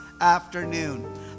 afternoon